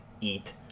eat